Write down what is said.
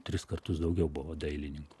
tris kartus daugiau buvo dailininkų